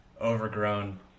overgrown